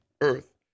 earth